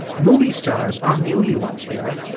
movie stars aren't the only ones here,